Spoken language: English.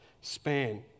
span